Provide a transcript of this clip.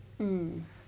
mm